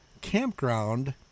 Campground